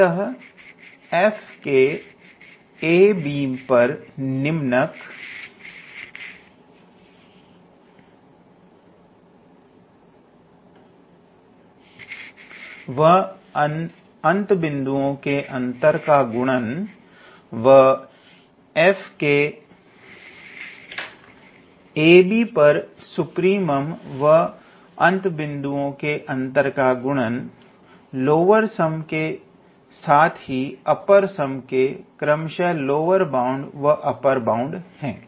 अतः f के ab पर इनफीमम व अंत बिंदुओं के अंतर का गुणनफल व f के ab पर सुप्रीमम व अंत बिंदुओं के अंतर का गुणनफल लोअर सम साथ ही अपर सम के क्रमशः लोअर बाउंड व अप्पर बाउंड है